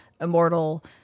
Immortal